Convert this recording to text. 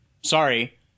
sorry